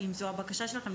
אם זו הבקשה שלכם,